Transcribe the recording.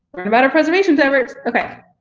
learn about our preservation, that works! okay,